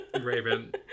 raven